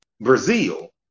Brazil